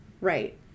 Right